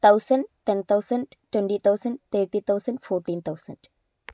thousand ten thousand twenty thousand thirty thousand fourteen thousand